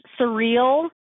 surreal